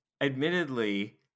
admittedly